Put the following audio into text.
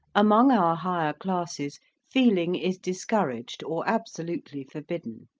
among our higher classes, feeling is discouraged or absolutely forbidden.